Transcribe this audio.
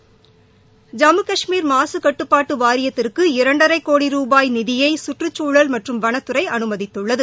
ஐம்மு கஷ்மீர் மாசு கட்டப்பாட்டு வாரியத்திற்கு இரண்டரை கோடி ரூபாய் நிதியை கற்றுச்சூழல் மற்றும் வனத்துறை அமைதித்துள்ளது